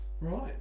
Right